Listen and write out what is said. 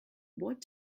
what